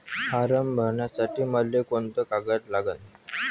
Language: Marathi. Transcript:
फारम भरासाठी मले कोंते कागद लागन?